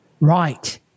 Right